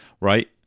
right